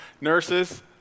nurses